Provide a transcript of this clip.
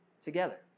together